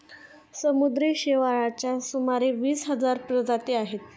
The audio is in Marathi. समुद्री शेवाळाच्या सुमारे वीस हजार प्रजाती आहेत